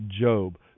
Job